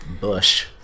Bush